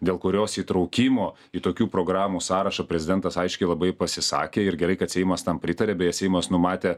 dėl kurios įtraukimo į tokių programų sąrašą prezidentas aiškiai labai pasisakė ir gerai kad seimas tam pritarė beje seimas numatė